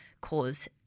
cause